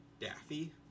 Daffy